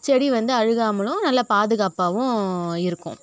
செடி வந்து அழுகாமலும் நல்லா பாதுகாப்பாகவும் இருக்கும்